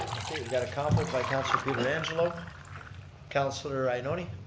okay, we got a conflict by councillor pietrangelo. councillor ioannoni?